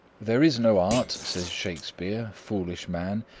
there is no art, says shakespeare, foolish man,